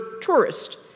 tourist